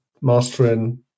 Mastering